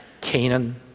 Canaan